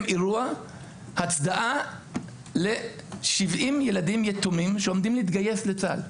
אירוע הצדעה ל-70 ילדים יתומים שעומדים להתגייס לצה"ל.